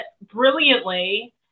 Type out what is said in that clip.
brilliantly